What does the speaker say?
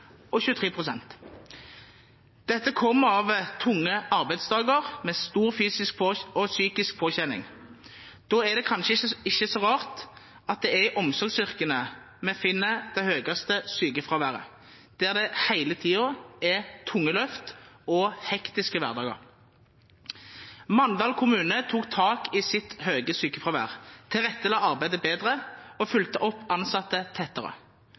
og 23 pst. Dette kommer av tunge arbeidsdager med stor fysisk og psykisk påkjenning. Da er det kanskje ikke så rart at vi finner det høyeste sykefraværet i omsorgsyrkene, der det hele tiden er tunge løft og hektiske hverdager. Mandal kommune tok tak i sitt høye sykefravær, tilrettela arbeidet bedre og fulgte opp ansatte tettere.